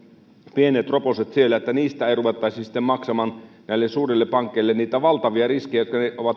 pienet roposet siellä niin niistä ei ruvettaisi sitten maksamaan näille suurille pankeille niitä valtavia riskejä jotka ne ovat